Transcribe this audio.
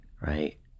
right